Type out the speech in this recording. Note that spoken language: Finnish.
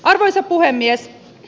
arvoisa puhemies